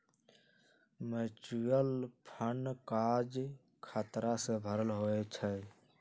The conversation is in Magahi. म्यूच्यूअल फंड काज़ खतरा से भरल होइ छइ